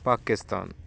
Pakistan